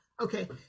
Okay